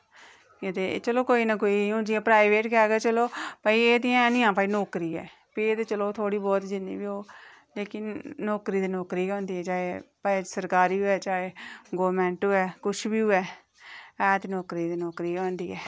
पर कोई ना कोई चलो हून जियां प्राईवेट गै ते भई एह् ते ऐ निं की आं भई नौकरी ऐ भी एह् चलो थोह्ड़ी बहुत जिन्नी बी होग लेकिन नौकरी ते नौकरी गै होंदी ऐ चाहे सरकारी होऐ चाहे गौरमेंट होऐ चाहे कुछ बी होऐ ऐ ते नौकरी नौकरी गै होंदी ऐ